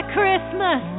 Christmas